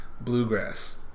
bluegrass